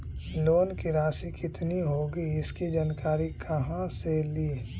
Loan की रासि कितनी होगी इसकी जानकारी कहा से ली?